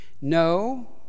No